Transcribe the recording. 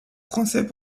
français